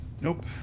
Nope